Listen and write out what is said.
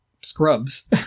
scrubs